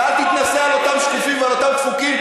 ואל תתנשא על אותם שקופים ועל אותם דפוקים,